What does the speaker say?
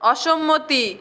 অসম্মতি